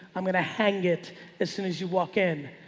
i'm going to hang it as soon as you walk in.